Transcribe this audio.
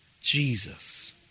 Jesus